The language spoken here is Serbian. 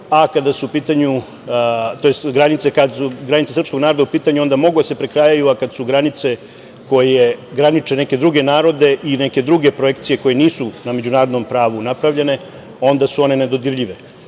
kada su u pitanju granice srpskog naroda onda mogu da se prekrajaju, dok u slučaju kada su granice koje graniče neke druge narode i neke druge projekcije koje nisu na međunarodnom pravu napravljene, onda su one nedodirljive.U